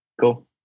Cool